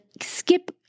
skip